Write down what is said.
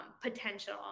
potential